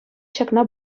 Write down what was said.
ҫакна